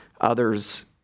others